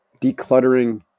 decluttering